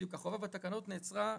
החובה בתקנות נעצרה.